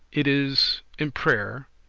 it is in prayer,